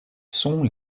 sons